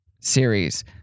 series